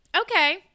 Okay